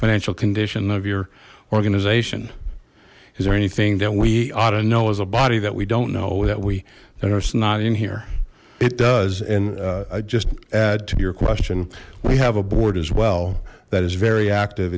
financial condition of your organization is there anything that we ought to know as a body that we don't know that we that our snot in here it does and i just add to your question we have a board as well that is very active